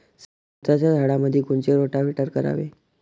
संत्र्याच्या झाडामंदी कोनचे रोटावेटर करावे?